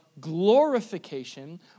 glorification